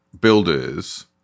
builders